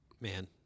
Man